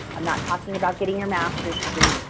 i'm not talking about getting your masters degree.